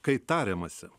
kai tariamasi